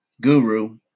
guru